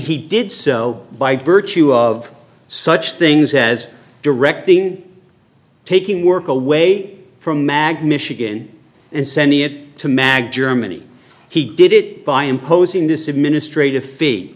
he did so by virtue of such things as directing taking work away from magh michigan and sending it to mag germany he did it by imposing this administrative fee